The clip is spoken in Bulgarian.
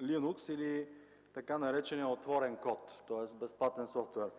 или така нареченият отворен код, тоест безплатен софтуер.